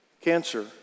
cancer